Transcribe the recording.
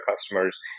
customers